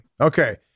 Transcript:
Okay